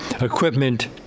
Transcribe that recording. equipment